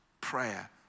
prayer